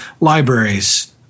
libraries